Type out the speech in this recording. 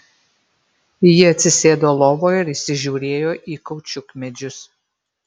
ji atsisėdo lovoje ir įsižiūrėjo į kaučiukmedžius